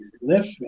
lift